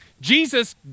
Jesus